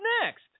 next